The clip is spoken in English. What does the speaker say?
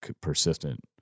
persistent